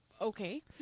okay